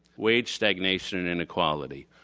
wage stagnation and inequality,